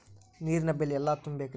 ನೇರಿನ ಬಿಲ್ ಎಲ್ಲ ತುಂಬೇಕ್ರಿ?